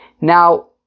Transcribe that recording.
Now